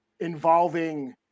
involving